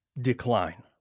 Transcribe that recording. decline